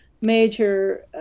major